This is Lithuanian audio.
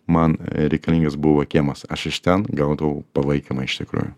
man e reikalingas buvo kiemas aš iš ten gaudavau palaikymą iš tikrųjų